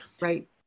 Right